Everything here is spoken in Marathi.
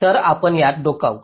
तर आपण यात डोकावू